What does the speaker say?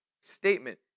statement